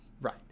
Right